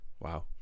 Wow